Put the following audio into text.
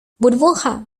burbuja